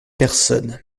personnes